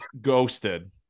ghosted